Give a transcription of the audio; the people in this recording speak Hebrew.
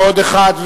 ועוד אחד,